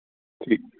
ठीकु